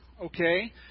Okay